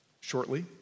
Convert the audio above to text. shortly